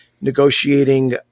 negotiating